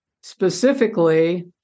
specifically